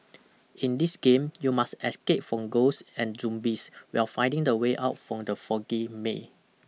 in this game you must escape from ghosts and zumbieswhile finding the way out from the foggy may